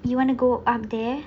you want to go up there